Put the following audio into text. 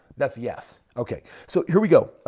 that's yes. okay, so here we go.